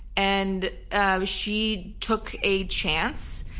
and ah she took a chance,